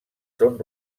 són